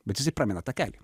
bet jisai pramina takelį